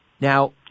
Now